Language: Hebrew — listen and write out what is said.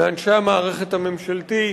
מאנשי המערכת הממשלתית,